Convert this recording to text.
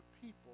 people